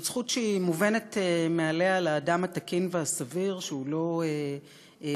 זאת זכות שהיא מובנת מאליה לאדם התקין והסביר שהוא לא עבריין,